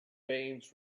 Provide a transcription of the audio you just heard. veins